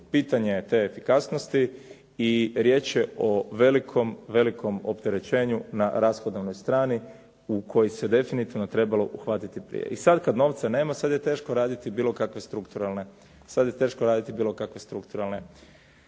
pitanje je te efikasnosti i riječ je o velikom, velikom opterećenju na rashodovnoj strani u koji se definitivno trebalo uhvatiti prije. I sad kad novca nema, sad je teško raditi bilo kakve strukturalne i zahvate, ali oni će u tom